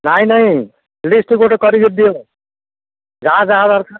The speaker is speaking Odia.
ନାଇଁ ନାଇଁ ଲିଷ୍ଟ ଗୋଟେ କରିକି ଦିଅ ଯାହା ଯାହା ଦରକାର